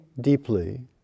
deeply